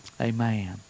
amen